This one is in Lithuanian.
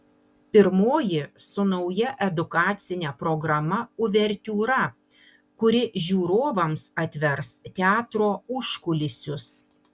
pirmoji su nauja edukacine programa uvertiūra kuri žiūrovams atvers teatro užkulisius